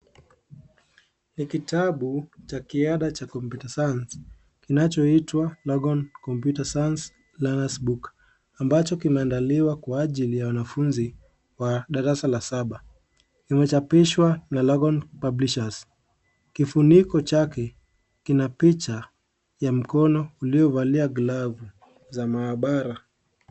Ni kitabu cha kiada cha Computer Science, kinachoitwa Longhorn Computer Science Learner's Book , ambacho kimeandaliwa kwa ajili ya wanafunzi wa darasa la saba. Imechapishwa na Longhorn Publishers. Kifuniko chake, kina picha ya mkono uliovalia glavu za maabara.